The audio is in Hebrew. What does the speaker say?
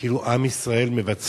כאילו עם ישראל מבצע,